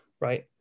right